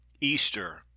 Easter